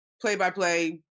play-by-play